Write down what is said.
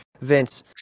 Vince